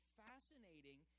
fascinating